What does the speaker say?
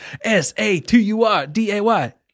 S-A-T-U-R-D-A-Y